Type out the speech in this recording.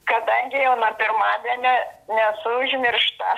kadangi jau nuo pirmadienio nesu užmiršta